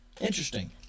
Interesting